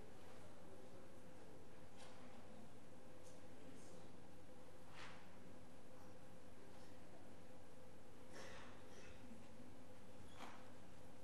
בבקשה.